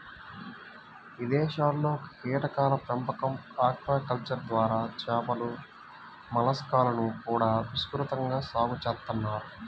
ఇదేశాల్లో కీటకాల పెంపకం, ఆక్వాకల్చర్ ద్వారా చేపలు, మలస్కాలను కూడా విస్తృతంగా సాగు చేత్తన్నారు